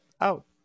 out